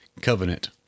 Covenant